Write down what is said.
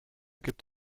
gibt